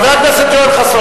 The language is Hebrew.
חבר הכנסת יואל חסון,